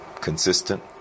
Consistent